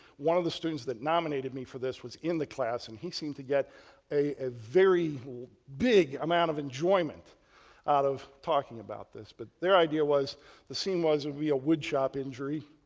one of the students that nominated me for this was in the class and he seemed to get a very big amount of enjoyment out of talking about this but their idea was the scene was a real wood shop injury,